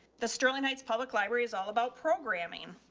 the sterling heights public libraries, all about programming.